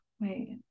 wait